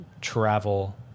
travel